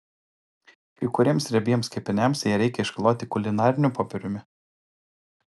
kai kuriems riebiems kepiniams ją reikia iškloti kulinariniu popieriumi